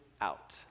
out